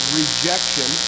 rejection